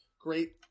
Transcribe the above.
Great